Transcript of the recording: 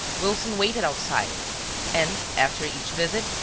wilson waited outside and, after each visit,